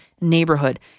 neighborhood